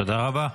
תודה רבה.